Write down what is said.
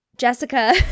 Jessica